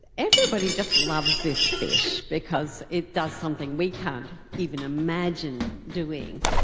everybody just loves this fish because it does something we can't even imagine doing.